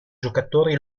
giocatori